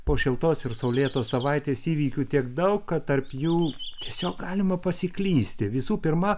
po šiltos ir saulėtos savaitės įvykių tiek daug kad tarp jų tiesiog galima pasiklysti visų pirma